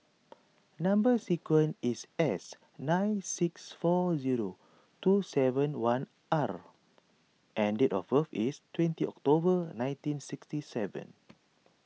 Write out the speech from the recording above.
Number Sequence is S nine six four zero two seven one R and date of birth is twenty October nineteen sixty seven